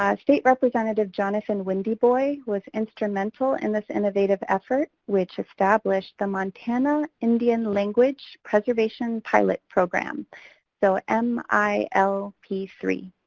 ah state representative jonathan windy boy was instrumental in this innovative effort, which established the montana indian language preservation pilot program so m i l p three.